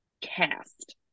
cast